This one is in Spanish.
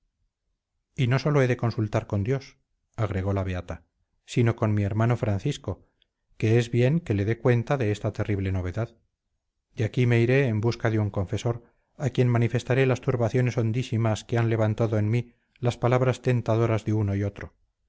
y no sólo he de consultar con dios agregó la beata sino con mi hermano francisco que es bien le dé cuenta de esta terrible novedad de aquí me iré en busca de un confesor a quien manifestaré las turbaciones hondísimas que han levantado en mí las palabras tentadoras de uno y otro